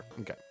Okay